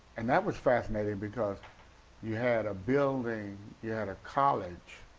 and that was fascinating because you had a building, you had a college